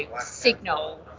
signal